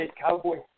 cowboy